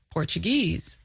Portuguese